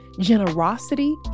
generosity